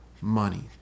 money